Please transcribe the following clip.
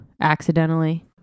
accidentally